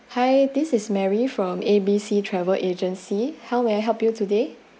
hi this is mary from A B C travel agency how may I help you today